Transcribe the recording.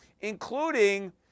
including